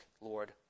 Lord